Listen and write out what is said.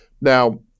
Now